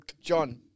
John